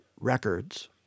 records